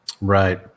Right